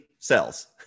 cells